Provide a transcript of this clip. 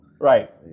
Right